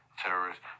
terrorists